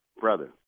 brother